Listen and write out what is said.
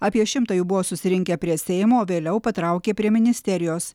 apie šimtą jų buvo susirinkę prie seimo vėliau patraukė prie ministerijos